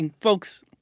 Folks